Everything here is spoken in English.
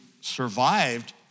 survived